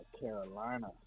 Carolina